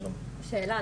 שאלה,